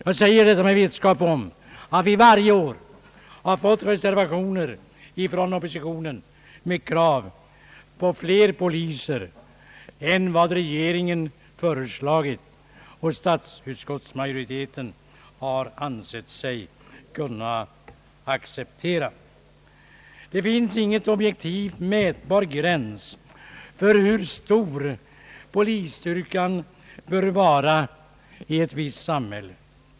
Jag säger detta med vetskap om att vi varje år har fått reservationer från oppositionen med krav på fler poliser än regeringen. föreslagit och statsutskottsmajoriteten har ansett sig kunna acceptera. Det finns ingen objektiv mätbar gräns för hur stor polisstyrkan bör vara i ett visst samhälle.